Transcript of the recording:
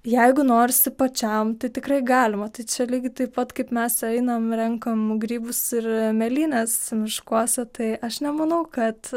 jeigu norisi pačiam tai tikrai galima tai čia lygiai taip pat kaip mes einam renkam grybus ir mėlynes miškuose tai aš nemanau kad